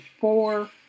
four